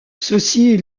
ceci